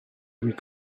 louis